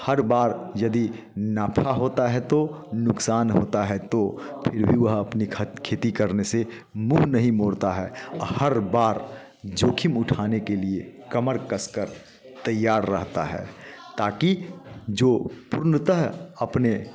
हर बार यदि नफा होता है तो नुकसान होता है तो फिर भी वह अपनी खेती करने से मुँह नहीं मोड़ता है हर बार जोखिम उठाने के लिए कमर कसकर तैयार रहता है ताकि जो पूर्णत अपने